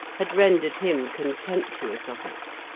had rendered him contemptuous of it.